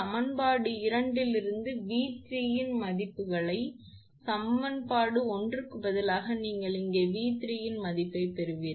05 எனவே சமன்பாடு இரண்டிலிருந்து 𝑉3 இன் மதிப்புகளை சமன்பாடு ஒன்றுக்கு பதிலாக நீங்கள் இங்கே 𝑉3 மதிப்பை மாற்றுவீர்கள்